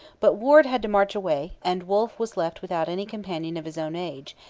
but warde had to march away and wolfe was left without any companion of his own age,